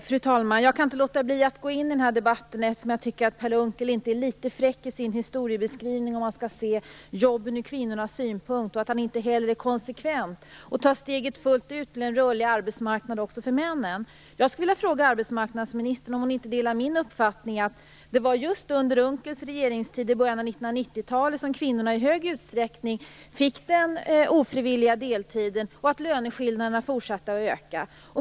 Fru talman! Jag kan inte låta bli att gå in i den här debatten, eftersom jag tycker att Per Unckel inte är litet fräck i sin historieskrivning om hur man skall se jobben ur kvinnornas synpunkt. Han är heller inte konsekvent och tar steget fullt ut med en rörlig arbetsmarknad också för männen. Jag skulle vilja fråga arbetsmarknadsministern om hon inte delar min uppfattning att det var just under Unckels regeringstid under början av 1990-talet som kvinnorna i stor utsträckning fick den ofrivilliga deltiden och löneskillnaderna fortsatte att öka.